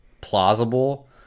plausible